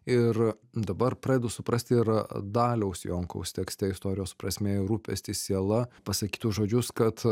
ir dabar pradedu suprasti ir daliaus jonkaus tekste istorijos prasmė ir rūpestis siela pasakytus žodžius kad